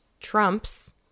trumps